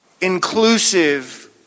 inclusive